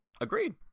Agreed